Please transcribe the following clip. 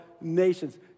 nations